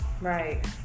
Right